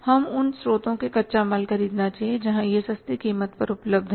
हमें उन स्रोतों से कच्चा माल खरीदना चाहिए जहां यह सस्ती कीमत पर उपलब्ध है